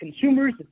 consumers